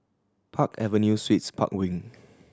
Park Avenue Suites Park Wing